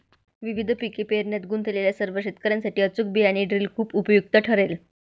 विविध पिके पेरण्यात गुंतलेल्या सर्व शेतकर्यांसाठी अचूक बियाणे ड्रिल खूप उपयुक्त ठरेल